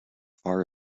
far